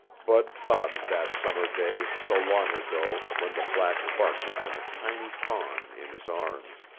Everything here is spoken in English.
bud thought of that summer day so long ago when the black buck had been a tiny fawn in his arms.